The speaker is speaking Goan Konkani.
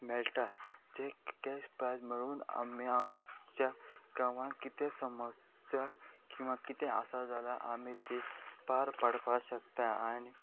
मेळटा जे कॅश प्रायज मेळून आमी आमच्या गांवांक कितें समस्या किंवां कितें आसा जाल्यार आमी ती पार पाडपाक शकता आनी